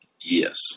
Yes